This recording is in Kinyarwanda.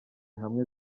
hamwe